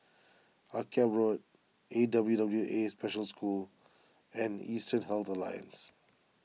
Akyab Road A W W A Special School and Eastern Health Alliance